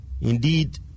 Indeed